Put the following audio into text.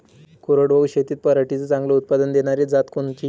कोरडवाहू शेतीत पराटीचं चांगलं उत्पादन देनारी जात कोनची?